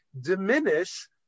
diminish